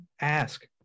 ask